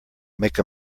make